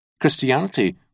Christianity